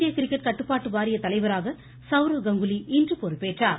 இந்திய கிரிக்கெட் கட்டுப்பாட்டு வாரிய தலைவராக சவுரவ் கங்குலி இன்று பொறுப்பேற்றார்